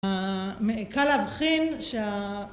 קל להבחין שה